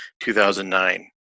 2009